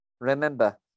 Remember